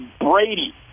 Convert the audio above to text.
Brady